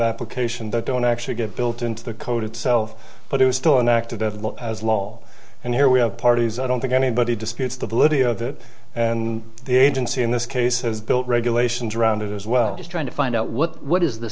application that don't actually get built into the code itself but it is still an active lol and here we have parties i don't think anybody disputes the validity of it and the agency in this case has built regulations around it as well just trying to find out what what is the